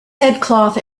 headcloth